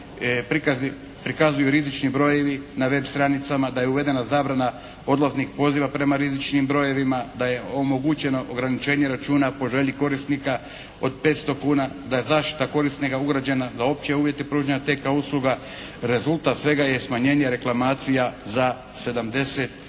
prikazuju rizični brojevi na web stranicama, da je uvedena zabrana odlaznih poziva prema rizičnim brojevima, da je omogućeno ograničenje računa po želji korisnika, od 500 kuna, da je zaštita korisnika ugrađena za opće uvjete pružanja TK usluga. Rezultat svega je smanjenje reklamacija za 71%.